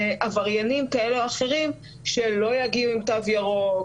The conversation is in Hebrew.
עבריינים כאלה או אחרים שלא יגיעו עם תו ירוק,